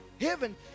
heaven